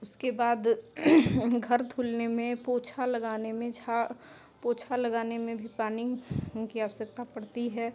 उसके बाद घर धुलने में पोछा लगाने में झा पोछा लगाने में भी पानी की आवश्यकता पड़ती है